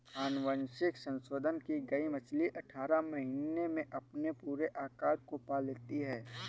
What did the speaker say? अनुवांशिक संशोधन की गई मछली अठारह महीने में अपने पूरे आकार को पा लेती है